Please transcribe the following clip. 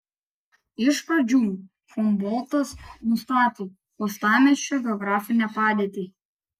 iš pradžių humboltas nustatė uostamiesčio geografinę padėtį